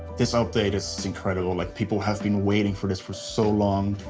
this update is incredible. like people have been waiting for this for so long.